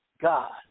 God